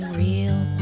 real